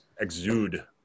exude